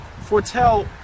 foretell